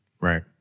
right